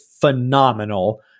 phenomenal